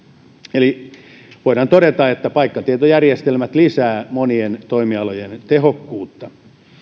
eli voidaan todeta että paikkatietojärjestelmät lisäävät monien toimialojen tehokkuutta